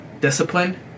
discipline